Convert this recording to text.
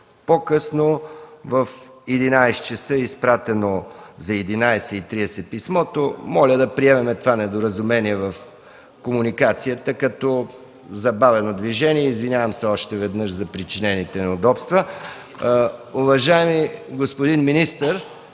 По-късно, в 11,00 ч., е изпратено писмо за 11,30 ч. Моля да приемем това недоразумение в комуникацията като забавено движение. Извинявам се още веднъж за причинените неудобства. Уважаеми господин министър,